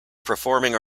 performing